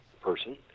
person